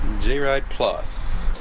j ride plus